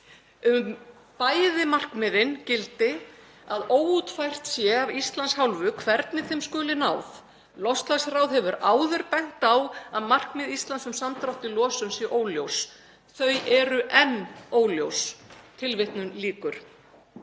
„Um bæði markmiðin gildir, að óútfært er af Íslands hálfu hvernig þeim skuli náð. Loftslagsráð hefur áður bent á að markmið Íslands um samdrátt í losun séu óljós. Þau eru enn óljós.“ Ofan á